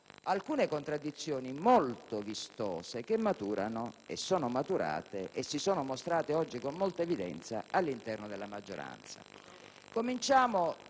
alcune contraddizioni molto vistose che sono maturate e si sono mostrate oggi con molta evidenza all'interno della maggioranza.